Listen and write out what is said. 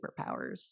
superpowers